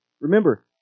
Remember